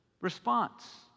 response